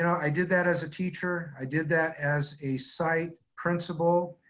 i did that as a teacher, i did that as a site principal,